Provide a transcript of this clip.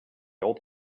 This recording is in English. old